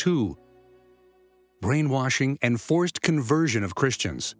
to brainwashing and forced conversion of christians